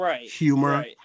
humor